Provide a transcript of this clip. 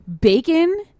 bacon